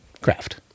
craft